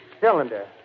cylinder